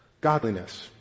godliness